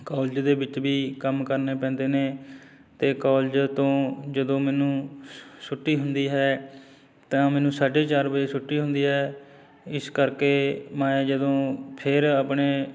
college ਦੇ ਵਿੱਚ ਵੀ ਕੰਮ ਕਰਨੇ ਪੈਂਦੇ ਨੇ ਅਤੇ ਕੋਲਜ ਤੋਂ ਜਦੋਂ ਮੈਨੂੰ ਛੁੱਟੀ ਹੁੰਦੀ ਹੈ ਤਾਂ ਮੈਨੂੰ ਸਾਢੇ ਚਾਰ ਵਜੇ ਛੁੱਟੀ ਹੁੰਦੀ ਹੈ ਇਸ ਕਰਕੇ ਮੈਂ ਜਦੋਂ ਫਿਰ ਆਪਣੇ